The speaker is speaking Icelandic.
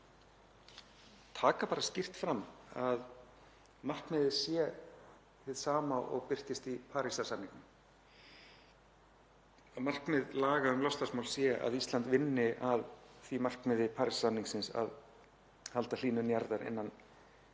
að taka skýrt fram að markmiðið sé hið sama og birtist í Parísarsamningnum, að markmið laga um loftslagsmál sé að Ísland vinni að því markmiði Parísarsamningsins að halda hlýnun jarðar innan